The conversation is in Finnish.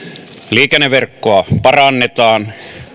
liikenneverkkoa parannetaan